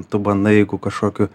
tu bandai jeigu kažkokiu